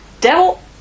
devil